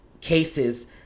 cases